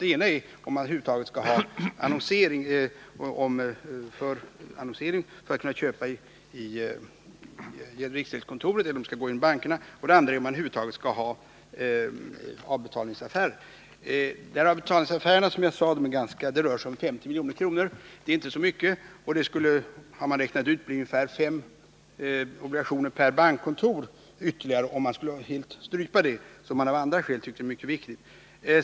Det ena är om man över huvud taget skall ha en annonsering för att kunna köpa genom riksgäldskontoret eller om det skall gå genom bankerna. Det andra är om vi över huvud taget skall ha avbetalningsaffärer på detta område. Avbetalningsaffärerna rör sig om 50 milj.kr. Det är inte så mycket. Och det skulle, har man räknat ut, bli ungefär fem obligationer ytterligare per bankkontor om man skulle strypa den verksamheten, som man av andra skäl tycker är mycket viktig.